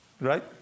right